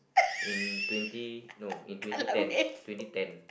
in twenty no in twenty ten twenty ten